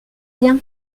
bien